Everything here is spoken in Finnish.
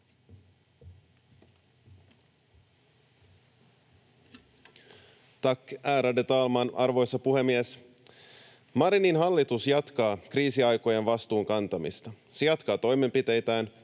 Tack, ärade talman, arvoisa puhemies! Marinin hallitus jatkaa kriisiaikojen vastuun kantamista. Se jatkaa toimenpiteitään,